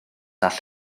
all